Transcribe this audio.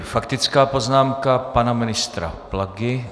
Faktická poznámka pana ministra Plagy.